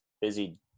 busy